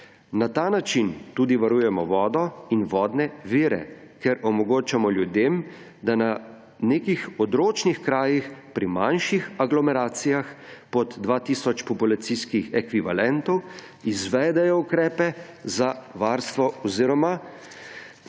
Na ta način tudi varujemo vodo in vodne vire, ker omogočamo ljudem, da na nekih odročnih krajih pri manjših agromelioracijah, pod 2 tisoč populacijskimi ekvivalenti, izvedejo ukrepe za varstvo oziroma